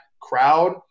crowd